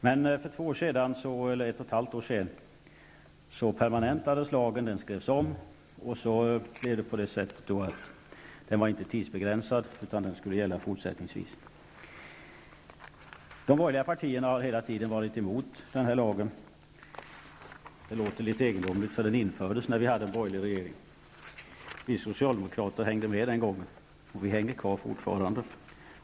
Men för ett och ett halvt år sedan permanentades lagen. Den skrevs om och gjordes inte längre tidsbegränsad utan skulle gälla fortsättningsvis. De borgerliga partierna har hela tiden varit emot den här lagen. Det låter litet egendomligt, för den infördes när vi hade en borgerlig regering. Vi socialdemokrater hängde med den gången, och vi hänger kvar fortfarande.